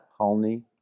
Holney